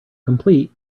complete